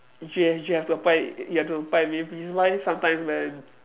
you have you have to apply you have to apply with which is why sometimes when